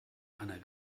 eine